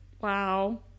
Wow